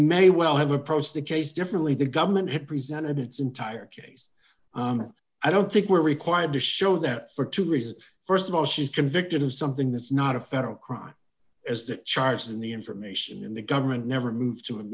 may well have approached the case differently the government had presented its entire case on i don't think were required to show that for two reasons st of all she's convicted of something that's not a federal crime as the charge in the information in the government never moved to